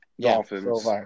Dolphins